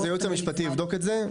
אז הייעוץ המשפטי יבדוק את זה.